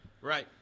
Right